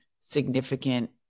significant